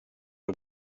her